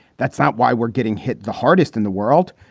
that's not why we're getting hit the hardest in the world.